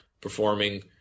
performing